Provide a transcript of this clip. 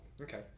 Okay